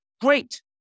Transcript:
great